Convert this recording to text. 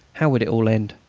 how would it all end?